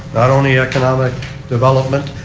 not only economic development.